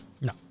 No